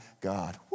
God